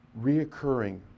reoccurring